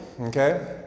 Okay